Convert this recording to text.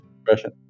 impression